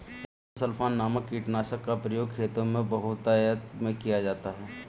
endosulfan नामक कीटनाशक का प्रयोग खेतों में बहुतायत में किया जाता है